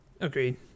agreed